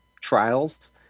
trials